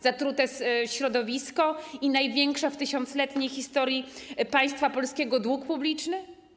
Zatrute środowisko i największy w tysiącletniej historii państwa polskiego dług publiczny?